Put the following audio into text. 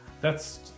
That's-